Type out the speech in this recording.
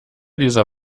dieser